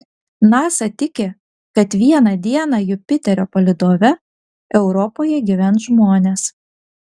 nasa tiki kad vieną dieną jupiterio palydove europoje gyvens žmonės